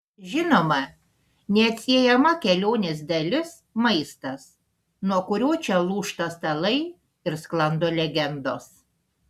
žinoma neatsiejama kelionės dalis maistas nuo kurio čia lūžta stalai ir sklando legendos